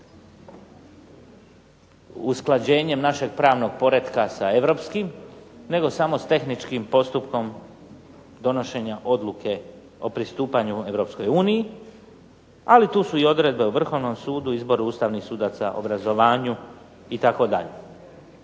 usklađenjem našeg pravnog poretka sa europskim nego samo sa tehničkim postupkom donošenja odluke o pristupanju Europskoj uniji. Ali tu su i odredbe o Vrhovnom sudu, izboru ustavnih sudaca, obrazovanju itd.